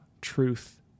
truth